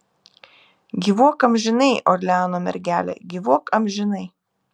gyvuok amžinai orleano mergele gyvuok amžinai